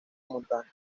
montana